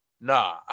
nah